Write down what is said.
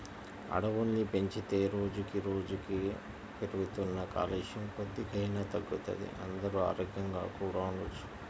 అడవుల్ని పెంచితే రోజుకి రోజుకీ పెరుగుతున్న కాలుష్యం కొద్దిగైనా తగ్గుతది, అందరూ ఆరోగ్యంగా కూడా ఉండొచ్చు